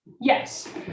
yes